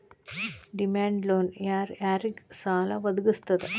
Demand loan ಯಾರ್ ಯಾರಿಗ್ ಸಾಲಾ ವದ್ಗಸ್ತದ?